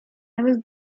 nawet